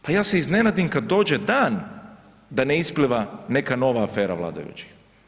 Pa ja se iznenadim kad dođe dan da ne ispliva neka nova afera vladajućih.